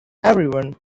everyone